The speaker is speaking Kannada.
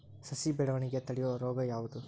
ಸಸಿ ಬೆಳವಣಿಗೆ ತಡೆಯೋ ರೋಗ ಯಾವುದು?